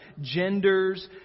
genders